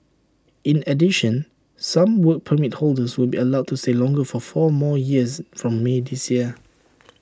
in addition some Work Permit holders will be allowed to stay longer for four more years from may this year